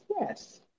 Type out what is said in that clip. yes